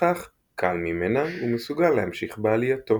ולפיכך קל ממנה ומסוגל להמשיך בעלייתו.